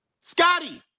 Scotty